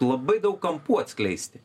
labai daug kampų atskleisti